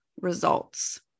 results